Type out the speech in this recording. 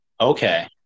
Okay